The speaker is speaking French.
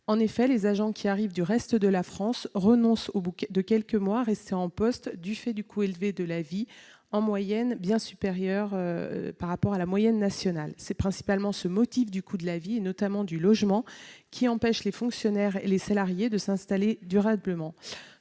candidats. Les agents qui arrivent du reste de la France renoncent au bout de quelques mois à rester en poste du fait du coût élevé de la vie, bien supérieur à la moyenne nationale. C'est principalement ce motif du « coût de la vie », notamment du logement, qui empêche les fonctionnaires et les salariés de s'installer durablement.